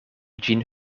ĝin